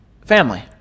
family